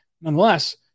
nonetheless